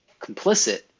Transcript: complicit